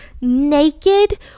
naked